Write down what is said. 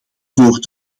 voor